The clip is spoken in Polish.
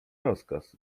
rozkaz